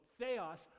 Theos